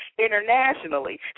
Internationally